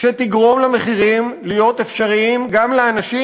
שתגרום למחירים להיות אפשריים גם לאנשים